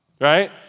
right